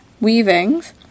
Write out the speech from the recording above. weavings